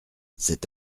cet